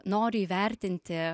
noriu įvertinti